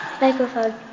Microphone